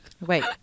Wait